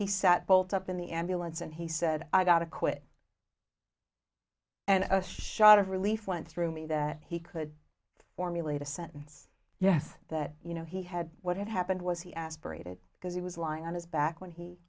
he sat bolt up in the ambulance and he said i got to quit and a shot of relief went through me that he could formulate a sentence yes that you know he had what had happened was he aspirated because he was lying on his back when he